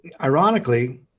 ironically